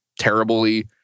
terribly